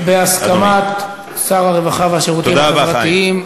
בהסכמת שר הרווחה והשירותים החברתיים,